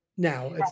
now